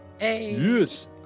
Yes